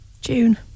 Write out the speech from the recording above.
june